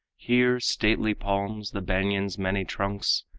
here stately palms, the banyan's many trunks,